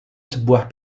sebuah